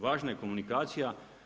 Važna je komunikacija.